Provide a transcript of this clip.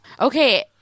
Okay